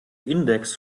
index